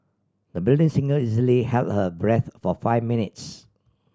the budding singer easily held her breath for five minutes